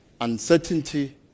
uncertainty